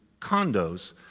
condos